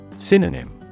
Synonym